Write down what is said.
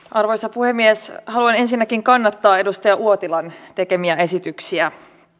arvoisa puhemies haluan ensinnäkin kannattaa edustaja uotilan tekemiä esityksiä